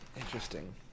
Interesting